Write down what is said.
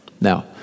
Now